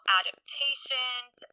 adaptations